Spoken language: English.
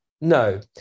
No